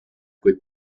kuid